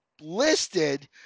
listed